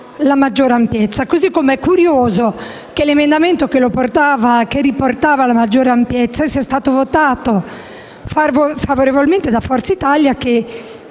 una maggiore ampiezza. Così come è curioso che l'emendamento che riportava una maggiore ampiezza sia stato votato favorevolmente da Forza Italia, che